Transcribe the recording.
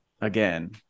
again